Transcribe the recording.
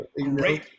Great